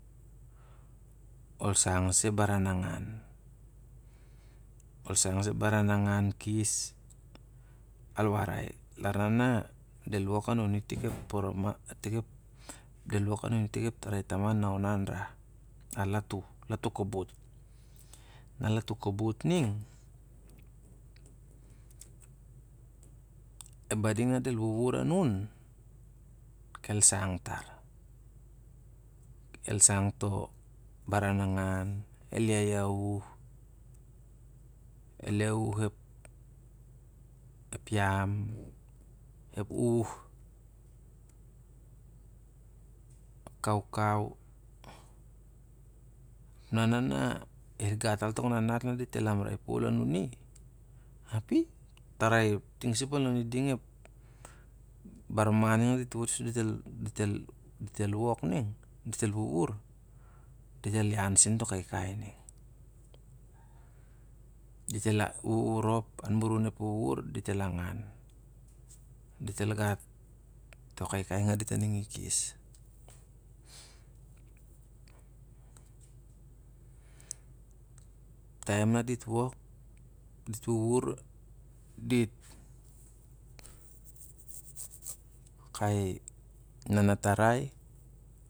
Ol sang sa ep baran angan. Ol sang sa ep barana ngan kes. Al warai, lar na, al wok anan itik del wok anan i tik ep tarai taman na ona an rah o latu kobot. Lau kobot ning e mading na del wuwur anan el sang tar. El sang to baran angan yayayuh, el yarah ep yam, ep huh, ep kaukau. Na, na i gat al tok nanat na dit el amrai pol anuni, api ep tarai ting sup, ep barman ning na dit wut kon i ding ep wok ning, dit el wuwur dit el ian sen tok kaikai ning. Dit el wuwur rop, an murun ep wuwur dit el angan, dit el gat to kaikai ngan dit dit aning i kes. Taim na ditwok, dit wuwur, dit kai nana tarai.